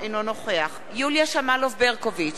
אינו נוכח יוליה שמאלוב-ברקוביץ,